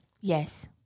Yes